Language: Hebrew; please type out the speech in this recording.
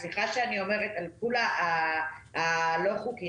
על גבול הלא חוקית.